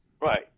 Right